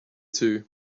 too